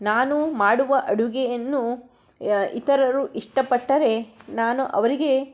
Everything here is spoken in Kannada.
ನಾನು ಮಾಡುವ ಅಡುಗೆಯನ್ನು ಇತರರು ಇಷ್ಟಪಟ್ಟರೆ ನಾನು ಅವರಿಗೆ